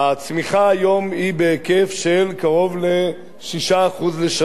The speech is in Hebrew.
הצמיחה היום היא בהיקף של קרוב ל-6% לשנה,